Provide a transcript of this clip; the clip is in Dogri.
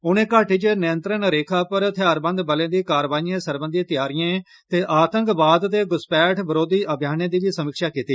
उनें घाटी च नियंत्रण रेखा पर थेआरबंद बलें दी कारवाइएं सरबंघी तैआरिएं ते आतंकवाद ते घुसपैठ विरोधी अभियानें दी बी समीक्षा कीती